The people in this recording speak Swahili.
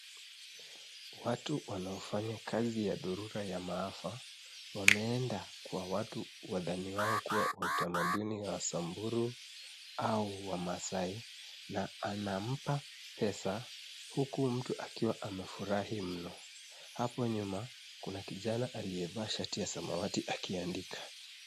Watu wanaofanya kazi ya dharura ya maafa wameenda kwa watu wadhaniwao kuwa wa utamaduni wa Samburu au Wamasai na anampa pesa huku mtu akiwa amefurahi mno. Hapo nyuma kuna kijana aliyevaa shati ya samawati akiandika.